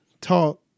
talk